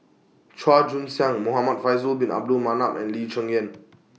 Chua Joon Siang Muhamad Faisal Bin Abdul Manap and Lee Cheng Yan